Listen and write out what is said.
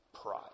Pride